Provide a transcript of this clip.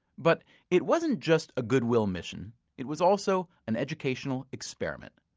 but it wasn't just a goodwill mission it was also an educational experiment.